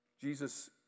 Jesus